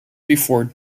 before